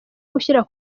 gushyira